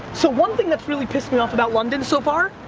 so, one thing that's really pissed me off about london so far,